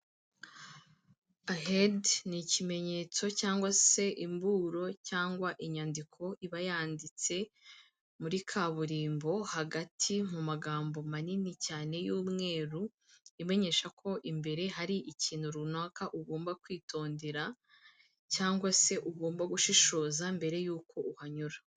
Ahedi ni ikimenyetso cyangwa se imburo cyangwa inyandiko iba yanditse muri kaburimbo hagati mu magambo manini cyane y'umweruru, imenyesha ko imbere hari ikintu runaka ugomba kwitondera, cyangwa se ugomba gushishoza mbere y'uko uhanyura.